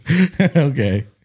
okay